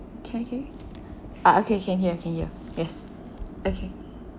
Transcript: can you hear uh okay can hear can hear yes okay